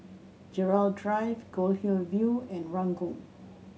Gerald Drive Goldhill View and Ranggung